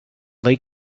they